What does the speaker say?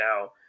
now